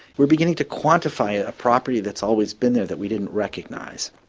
we are beginning to quantify a property that's always been there that we didn't recognise.